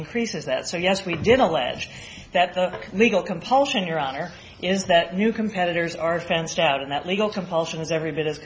increases that so yes we did allege that the legal compulsion your honor is that new competitors are fenced out and that legal compulsion is every bit